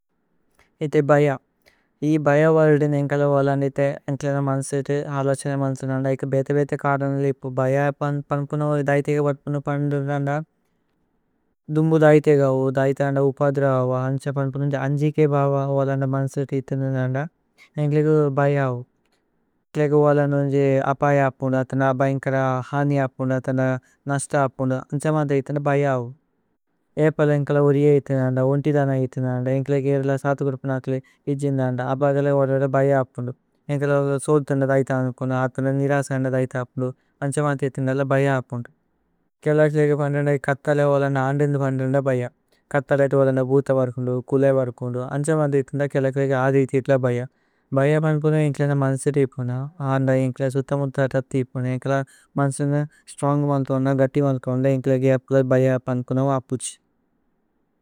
ഏതേ ബയ। ഏ ബയ വലേ ദിന് ഏന്കല വലന് ഏതേ। ഏന്കല ന മന്സേതു ഹലഛന മന്സേതു നന്ദ। ഏക് ബേതേ ബേതേ കരനല ഏപു ഭയ പന്പുന വല। ദൈതേഗ വത്പുന പന്പുന നന്ദ ദുമ്ബു ദൈതേഗ। വല ദൈതേഗ വല ഉപദ്ര വല അന്ഛ പന്പുന। വല അന്ജി കേ ബവ വല ന മന്സേതു ഏതേനു നന്ദ। ഏന്കല ബയ വല ഏന്കല വല ന അപയ അപുന। തന്ദ അബയന്കര ഹനി അപുന തന്ദ നസ്ത അപുന। അന്ഛ മന്ഥ ഏതേന ബയ വല ഏ പല ഏന്കല ഓരിയ। ഏതേനു നന്ദ ഓന്തി ദന ഏതേനു നന്ദ ഏന്കല ഗേല। സതു കുരുപു നകല ഇതി ഏതേനു നന്ദ അപയ ഗേല। ഓരിയ ഏതേ ബയ അപുന ഏന്കല സോഥേന ദൈതേഗ। വല പന്പുന അതേന നിരസേന ദൈതേഗ വല പന്പുന। അന്ഛ മന്ഥ ഏതേന വല ബയ അപുന കേലകല ഏതേ। പന്പുന കഥല വല നന്ദ അന്തേന പന്പുന വല। ബയ കഥല ഏതേ വല ഭൂത വല പന്പുന കുല। വല പന്പുന വല അന്ഛ മന്ഥ ഏതേന കേലകല। ഏതേ അധേത ഏതേല ബയ ഭയ പന്പുന ഏന്കല ന। മന്സേതു ഏതേനു നന്ദ അന്ത ഏന്കല സുത മുഥ। തഥ ഏതേനു നന്ദ ഏന്കല മന്സേന സ്ത്രോന്ഗ് വല്ഥോ। ഓന്ദ ഗത്തി വല്ഥോ ഓന്ദ ഏന്കല ബയ പന്പുന വപുഛി।